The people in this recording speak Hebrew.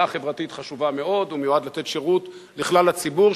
חברתית חשובה מאוד: הוא מיועד לתת שירות לכלל הציבור,